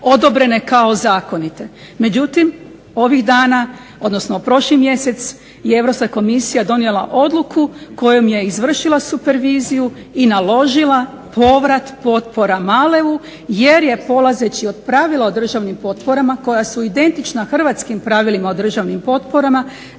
odobrene kao zakonite. Međutim, ovih dana, odnosno prošli mjesec je Europska komisija donijela odluku kojom je izvršila superviziju i naložila povrat potpora MALEV-u jer je polazeći od pravila o državnim potporama koja su identična hrvatskim pravilima o državnim potporama